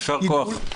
יישר כוח.